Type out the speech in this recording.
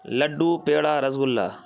لڈو پیڑا رس گلہ